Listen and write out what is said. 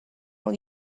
will